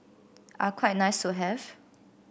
are quite nice to have